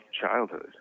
childhood